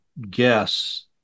guess